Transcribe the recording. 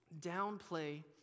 downplay